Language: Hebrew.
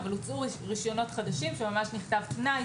אבל הוצאו רישיונות חדשים ונכתב בהם תנאי